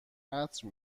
عطر